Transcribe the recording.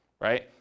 right